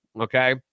Okay